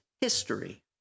history